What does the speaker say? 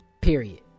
Period